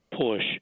push